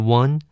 one